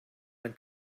man